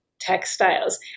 textiles